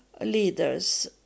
leaders